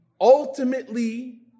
ultimately